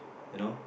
you know